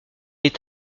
est